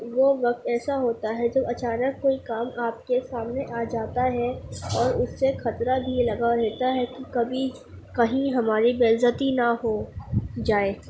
وہ وقت ایسا ہوتا ہے جب اچانک کوئی کام آپ کے سامنے آ جاتا ہے اور اس سے خطرہ بھی لگا رہتا ہے کہ کبھی کہیں ہماری بےعزتی نہ ہو جائے